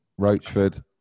Roachford